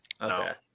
No